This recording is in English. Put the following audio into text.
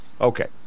Okay